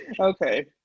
okay